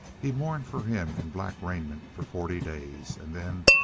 he mourned for him in black raiment for forty days and then,